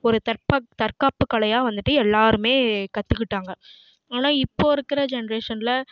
ஒரு தற்காப் தற்காப்பு கலையாக வந்துவிட்டு எல்லாருமே கற்றுக்கிட்டாங்க ஆனால் இப்போ இருக்கிற ஜென்ரேஷனில்